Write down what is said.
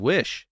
Wish